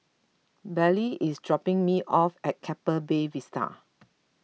Bailee is dropping me off at Keppel Bay Vista